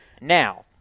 Now